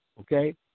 okay